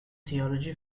theology